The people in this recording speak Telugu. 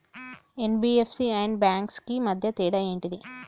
ఎన్.బి.ఎఫ్.సి అండ్ బ్యాంక్స్ కు మధ్య తేడా ఏంటిది?